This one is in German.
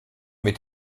mit